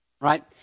right